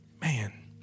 Man